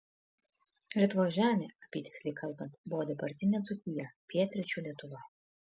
lietuvos žemė apytiksliai kalbant buvo dabartinė dzūkija pietryčių lietuva